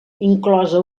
inclosa